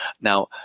Now